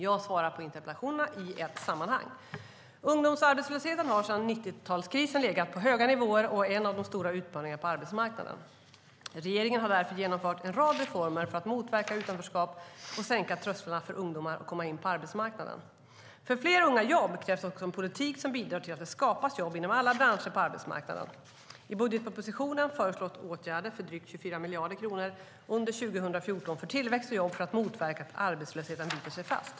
Jag svarar på interpellationerna i ett sammanhang. Ungdomsarbetslösheten har sedan 1990-talskrisen legat på höga nivåer och är en av de stora utmaningarna på arbetsmarknaden. Regeringen har därför genomfört en rad reformer för att motverka utanförskap och sänka trösklarna för ungdomar att komma in på arbetsmarknaden. För fler unga i jobb krävs också en politik som bidrar till att det skapas jobb inom alla branscher på arbetsmarknaden. I budgetpropositionen föreslås åtgärder för drygt 24 miljarder kronor under 2014 för tillväxt och jobb för att motverka att arbetslösheten biter sig fast.